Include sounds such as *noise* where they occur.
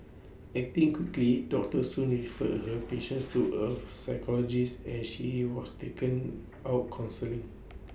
acting quickly doctor soon referred her *noise* patience to A psychologist and she he was taken out counselling